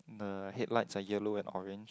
the headlights are yellow and orange